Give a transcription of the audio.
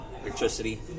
electricity